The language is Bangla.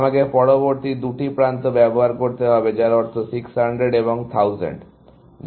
আমাকে পরবর্তী দুটি প্রান্ত ব্যবহার করতে হবে যার অর্থ 600 এবং 1000 যার মানে এটি 700 বেড়ে যাবে